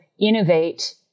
innovate